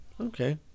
Okay